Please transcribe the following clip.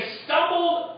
stumbled